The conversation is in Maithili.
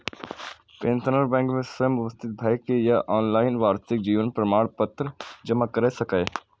पेंशनर बैंक मे स्वयं उपस्थित भए के या ऑनलाइन वार्षिक जीवन प्रमाण पत्र जमा कैर सकैए